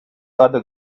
other